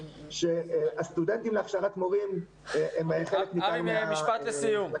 אתם תראו גם שהסטודנטים להכשרת מורים הם חלק מ- -- תגיד משפט לסיום,